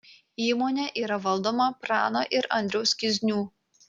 įmonė yra valdoma prano ir andriaus kiznių